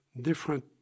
different